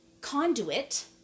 conduit